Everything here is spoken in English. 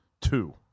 two